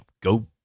go